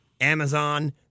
Amazon